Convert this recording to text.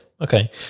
Okay